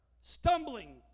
stumbling